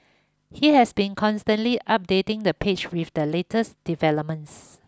he has been constantly updating the page with the latest developments